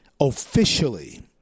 officially